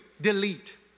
delete